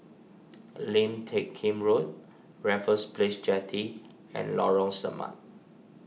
Lim Teck Kim Road Raffles Place Jetty and Lorong Samak